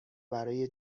برای